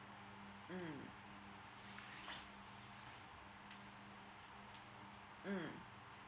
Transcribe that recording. mm